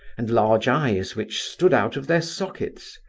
and large eyes which stood out of their sockets.